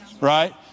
right